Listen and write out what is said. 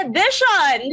Edition